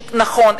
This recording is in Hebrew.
שנכון,